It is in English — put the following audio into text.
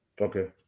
Okay